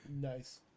Nice